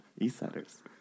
Eastsiders